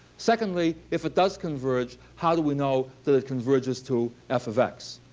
secondly, if it does converge, how do we know that it converges to f of x?